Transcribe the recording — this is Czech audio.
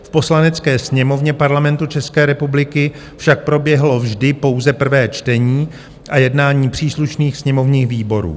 V Poslanecké sněmovně Parlamentu České republiky však proběhlo vždy pouze prvé čtení a jednání příslušných sněmovních výborů.